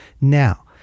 now